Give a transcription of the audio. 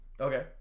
Okay